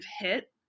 hit